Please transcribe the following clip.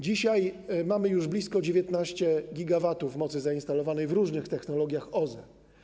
Dzisiaj mamy już blisko 19 GW mocy zainstalowanej w różnych technologiach OZE.